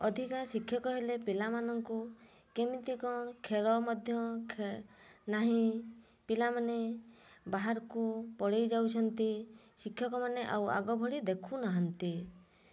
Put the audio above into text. ଅଧିକା ଶିକ୍ଷକ ହେଲେ ପିଲାମାନଙ୍କୁ କେମିତି କ'ଣ ଖେଳ ମଧ୍ୟ ନାହିଁ ପିଲାମାନେ ବାହାରକୁ ପଳାଇ ଯାଉଛନ୍ତି ଶିକ୍ଷକମାନେ ଆଗ ଭଳି ଦେଖୁ ନାହାନ୍ତି